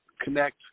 connect